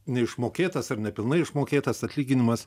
neišmokėtas ar nepilnai išmokėtas atlyginimas